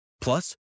Plus